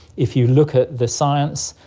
if you look at the science,